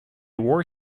war